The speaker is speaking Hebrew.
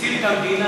הציל את המדינה,